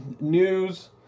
news